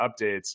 updates